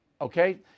okay